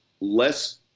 less